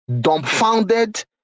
dumbfounded